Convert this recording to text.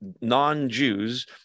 non-Jews